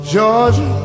Georgia